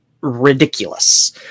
ridiculous